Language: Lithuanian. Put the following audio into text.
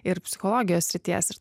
ir psichologijos srities ir